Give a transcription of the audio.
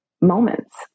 moments